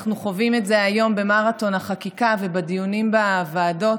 אנחנו חווים את זה היום במרתון החקיקה ובדיונים בוועדות,